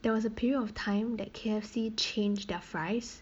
there was a period of time that K_F_C changed their fries